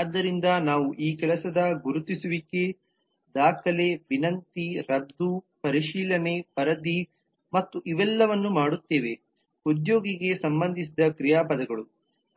ಆದ್ದರಿಂದ ನಾವು ಈ ಕೆಲಸದ ಗುರುತಿಸುವಿಕೆ ದಾಖಲೆ ವಿನಂತಿ ರದ್ದು ಪರಿಶೀಲನೆ ವರದಿ ಮತ್ತು ಇವೆಲ್ಲವನ್ನೂ ಮಾಡುತ್ತೇವೆ ಉದ್ಯೋಗಿಗೆ ಸಂಬಂಧಿಸಿದ ಕ್ರಿಯಾಪದಗಳು